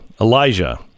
Elijah